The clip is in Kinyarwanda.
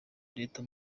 leta